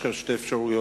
יש לך שתי אפשרויות,